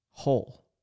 whole